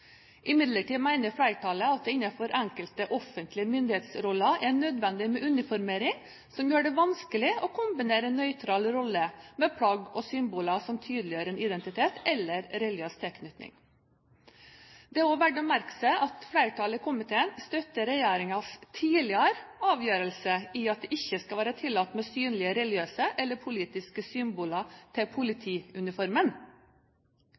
Imidlertid mener flertallet at det innenfor enkelte offentlige myndighetsroller er nødvendig med uniformering, som gjør det vanskelig å kombinere en nøytral rolle med plagg og symboler som tydeliggjør en identitet eller religiøs tilknytning. Det er også verdt å merke seg at flertallet i komiteen støtter regjeringens tidligere avgjørelse om at det ikke skal være tillatt med synlige religiøse eller politiske symboler